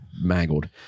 mangled